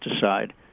decide